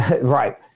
right